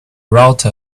wrote